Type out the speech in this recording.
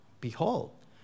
Behold